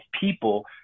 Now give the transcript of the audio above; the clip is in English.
people